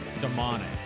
demonic